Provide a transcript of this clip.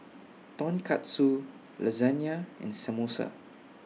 Tonkatsu Lasagne and Samosa